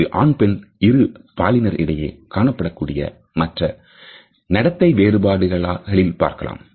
இது ஆண் பெண் இரு பாலினர் இடையே காணப்படக்கூடிய மற்ற நடத்தை வேறுபாடுகளில் பார்க்கலாம்